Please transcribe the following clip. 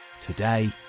Today